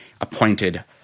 appointed